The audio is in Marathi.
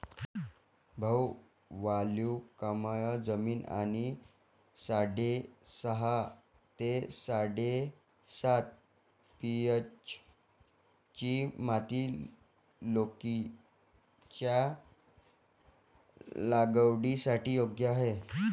भाऊ वालुकामय जमीन आणि साडेसहा ते साडेसात पी.एच.ची माती लौकीच्या लागवडीसाठी योग्य आहे